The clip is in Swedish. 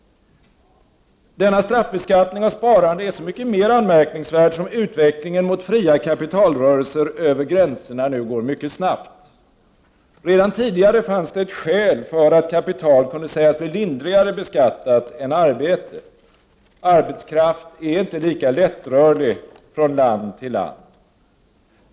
Denna straffbeskattning av sparande är så mycket mer anmärkningsvärd som utvecklingen mot fria kapitalrörelser över gränserna nu går mycket snabbt. Redan tidigare fanns det ett skäl för att kapital kunde sägas bli lindrigare beskattat än arbete: arbetskraft är inte lika lättrörlig från land till land.